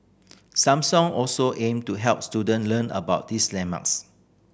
Samsung also aim to help student learn about these landmarks